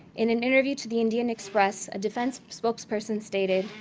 in an interview to the indian express, a defense spokesperson stated,